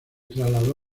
trasladó